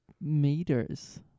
meters